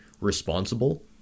responsible